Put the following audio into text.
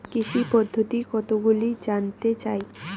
কৃষি পদ্ধতি কতগুলি জানতে চাই?